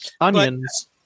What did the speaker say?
onions